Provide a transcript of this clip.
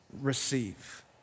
Receive